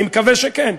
אני מקווה שכן,